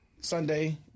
Sunday